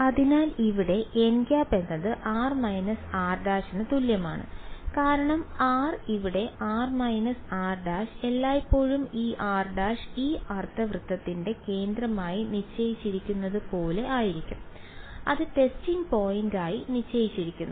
അതിനാൽ ഇവിടെ nˆ എന്നത് r− r′ ന് തുല്യമാണ് കാരണം r ഇവിടെ r− r′ എല്ലായ്പ്പോഴും ഈ r′ ഈ അർദ്ധവൃത്തത്തിന്റെ കേന്ദ്രമായി നിശ്ചയിച്ചിരിക്കുന്നതുപോലെ ആയിരിക്കും അത് ടെസ്റ്റിംഗ് പോയിന്റായി നിശ്ചയിച്ചിരിക്കുന്നു